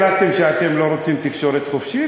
החלטתם שאתם לא רוצים תקשורת חופשית,